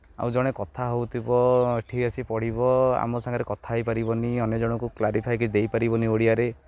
ଆଉ ଜଣେ କଥା ହେଉଥିବ ଏଇଠି ଆସି ପଢ଼ିବ ଆମ ସାଙ୍ଗରେ କଥା ହୋଇପାରିବନି ଅନ୍ୟ ଜଣଙ୍କୁ କ୍ଲାରିଫାଏ କିଛି ଦେଇପାରିବନି ଓଡ଼ିଆରେ